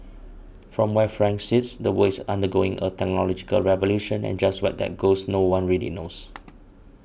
from where Frank sits the world is undergoing a technological revolution and just where that goes no one really knows